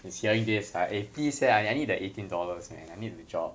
who's hearing this ah eh please eh I need that eighteen dollars eh I need a job